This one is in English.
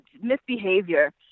misbehavior